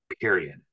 Period